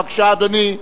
בבקשה, אדוני.